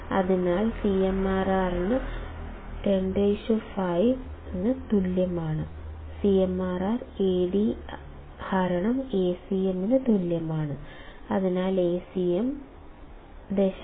അതിനാൽ CMRR ന് 105 ന് തുല്യമാണ് CMRR Ad Acm ന് തുല്യമാണ് അതിനാൽ Acm 0